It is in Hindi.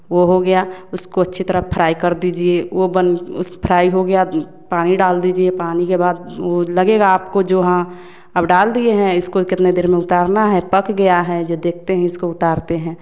वो हो गया उसको अच्छी तरह फ्राई कर दीजिए वो बन उस फ्राई हो गया पानी डाल दीजिए पानी के बाद वो लगेगा आपको जो हाँ अब डाल दिए हैं इसको कितने देर में उतारना है पक गया है जो देखते हैं इसको उतारते हैं